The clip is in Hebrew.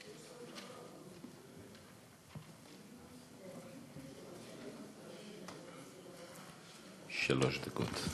שלוש דקות.